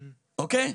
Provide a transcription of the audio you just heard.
אוקיי?